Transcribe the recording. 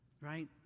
Right